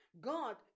God